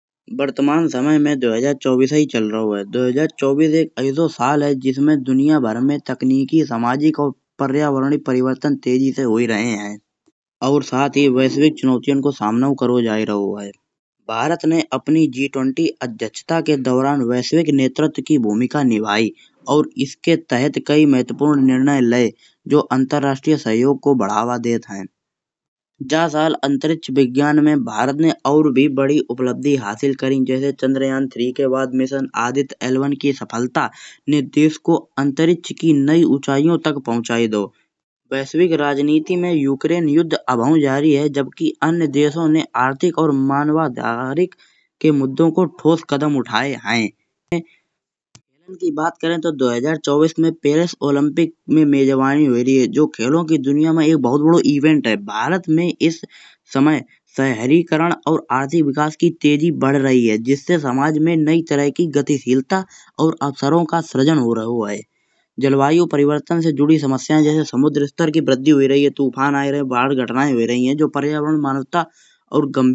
Vartman samay me do hazar chaubis hi chal raho hai do hazar chaubis ek aiso saal hai jisme duniya bhar me takniki samajik or paryavarani parivartan teji se hoye rahe hai. Aur saath hi chunautiyan ko samnahu Karo jaye raho hai bharat ne apni G20 adhyakshata ke dauran vaishwik netratva ki bhoomika nibhayi or iske tahat kayi mehtvapur nirnaya laye. Jo antarrashtriya sahayog ko bhadawa det hai ja saal antrich vigyan me Bharat ne or bhi badi uplabdhi haasil Kari jese chandrayan teen ke baad mission aaditya L1 ki safalta ne desh ko antrich ki nayi unchaiyo tak pahuchaye dao. Vaishwik raajneeti me ukraine yudh abhau jaari hai jabki anya desho ne aarthik or manvadharik ke muddo ko thos kadam uthaye hai baat kare to do hazar chaubis me Paris Olympic ki mejubani hoye rahi hai. Jo khelo ki duniya me ek bahut bado event hai bharat me is samay seheri Karan or aarthik vikas ki teji bhad Rahi hai jisse samaj me nayi tarah ki gatisheelta or afsaro ka shrijan ho raho hai. Jalvayi parivartan se Judi samasya jese samudra star ki vradhi hoye rahi hai toofan aaye rahe hai, baandh ghatnaye aaye Rahi hai jo paryavaran manavta or gambhir. वर्तमान समय में दो हजार चौबीस ही चल रहो है दो हजार चौबीस एक ऐसो साल है जिसमें दुनिया भर में तकनीकी सामाजिक और पर्यावरणी परिवर्तन तेजी से होए रहे हैं। और साथ ही चुनौतियन को सामनाु करो जाई रहो है भारत ने अपनी जी20 अध्यक्षता के दौरान वैश्विक नेतृत्व की भूमिका निभाई और इसके तहत कई महत्वपूर्ण निर्णय लाए। जो अंतरराष्ट्रीय सहयोग को बढ़ावा देत है जा साल अंतरिक्ष विज्ञान में भारत ने और भी बड़ी उपलब्धियाँ हासिल करी जैसे चंद्रयान तीन के बाद मिशन आदित्य एल1 की सफलता ने देश को अंतरिक्ष की नई ऊँचाइयों तक पहुँचाए दओ। वैश्विक राजनीति में यूक्रेन युद्ध अभौ जारी है जबकि अन्य देशों ने आर्थिक और मानवाधिकार के मुद्दों को ठोस कदम उठाए हैं बात करें तो दो हजार चौबीस में पेरिस ओलंपिक की मेजवानी होए रही है। जो खेलों की दुनिया में एक बहुत बड़ो इवेंट है भारत में इस समय शहरीकरण और आर्थिक विकास की तेजी बढ़ रही है जिससे समाज में नई तरह की गतिशीलता और अवसरों का सृजन हो रहो हैं। जलवायु परिवर्तन से जुड़ी समस्या जैसे समुद्र स्तर की वृद्धि होए रही है तूफान आए रहे हैं, बाँध घटनाएँ आए रही हैं जो पर्यावरण मानवता और गंभीर।